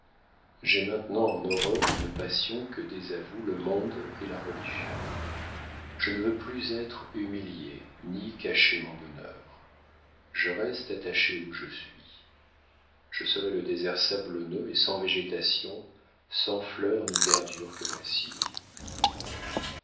j'ai maintenant en horreur une passion que désavouent le monde et la religion je ne veux plus être humiliée ni cacher mon bonheur je reste attachée où je suis je serai le désert sablonneux et sans végétation sans fleurs ni verdure que voici